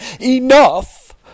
enough